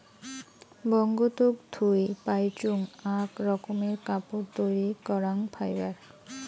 বঙ্গতুক থুই পাইচুঙ আক রকমের কাপড় তৈরী করাং ফাইবার